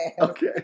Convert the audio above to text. Okay